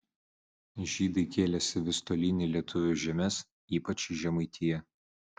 žydai kėlėsi vis tolyn į lietuvių žemes ypač į žemaitiją